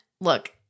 look